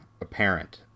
apparent